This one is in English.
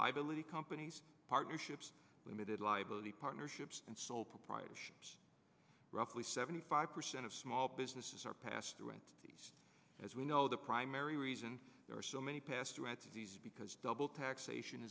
liability companies partnerships limited liability partnerships and sole proprietorships roughly seventy five percent of small businesses are passed through entities as we know the primary reason there are so many past rights because double taxation